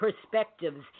perspectives